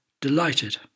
delighted